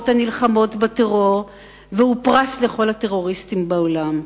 הנלחמות בטרור והוא פרס לכל הטרוריסטים בעולם.